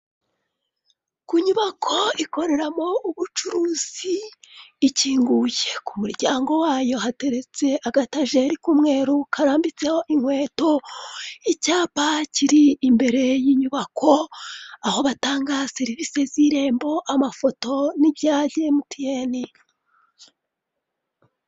Ku nyubako ikoreramo ubucuruzi ikinguye, ku muryango wayo hateretse agatajeri k'umweru karambitseho inkweto, icyapa kiri imbere y'inyubako aho batanga serivisi z'irembo amafoto n'ibya emutiyeni.